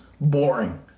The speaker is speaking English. boring